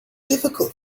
difficult